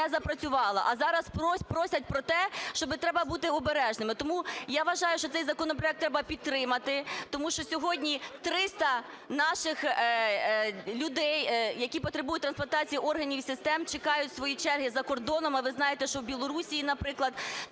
не запрацювала. А зараз просять про те, що треба бути обережними. Тому я вважаю, що цей законопроект треба підтримати, тому що сьогодні 300 наших людей, які потребують трансплантації органів і систем, чекають своєї черги за кордоном. А ви знаєте, що в Білорусі, наприклад,